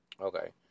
Okay